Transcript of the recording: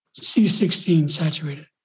C16-saturated